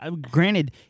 granted